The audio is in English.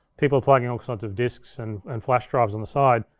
people plugging all sorts of disks and and flash drives on the side.